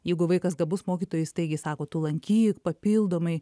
jeigu vaikas gabus mokytojai staigiai sako tu lankyk papildomai